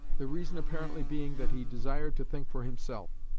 the reason apparently being that he desired to think for himself.